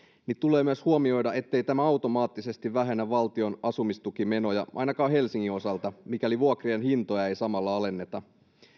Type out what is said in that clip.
niin tulee myös huomioida ettei tämä automaattisesti vähennä valtion asumistukimenoja ainakaan helsingin osalta mikäli vuokrien hintoja ei samalla alenneta